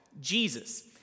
Jesus